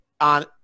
on